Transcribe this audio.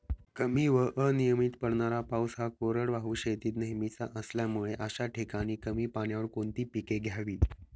कमी व अनियमित पडणारा पाऊस हा कोरडवाहू शेतीत नेहमीचा असल्यामुळे अशा ठिकाणी कमी पाण्यावर कोणती पिके घ्यावी?